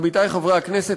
עמיתי חברי הכנסת,